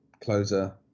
Closer